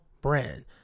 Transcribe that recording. brand